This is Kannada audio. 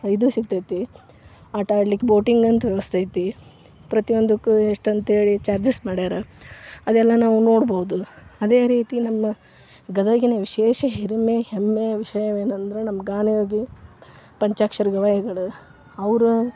ಇದು ಸಿಗ್ತದೆ ಆಟ ಆಡಲಿಕ್ಕೆ ಬೋಟಿಂಗ್ ಅಂತೂ ವ್ಯವಸ್ಥೆ ಐತಿ ಪ್ರತಿಯೊಂದಕ್ಕೂ ಎಷ್ಟು ಅಂತ ಹೇಳಿ ಚಾರ್ಜಸ್ ಮಾಡ್ಯಾರೆ ಅದೆಲ್ಲ ನಾವು ನೋಡ್ಬೋದು ಅದೇ ರೀತಿ ನಮ್ಮ ಗದಗಿನ ವಿಶೇಷ ಹಿರಿಮೆ ಹೆಮ್ಮೆ ವಿಷಯವೇನಂದರೆ ನಮ್ಮ ಜ್ಞಾನ ಯೋಗಿ ಪಂಚಾಕ್ಷರಿ ಗವಾಯಿಗಳು ಅವ್ರ